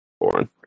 Born